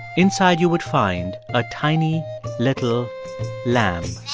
inside you would find a tiny little lamb